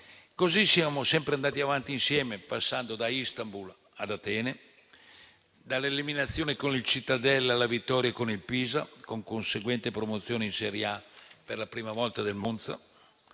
Così siamo sempre andati avanti insieme, passando da Istanbul ad Atene, dall'eliminazione con il Cittadella alla vittoria con il Pisa, la con conseguente promozione in serie A per la prima volta del Monza.